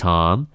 Tom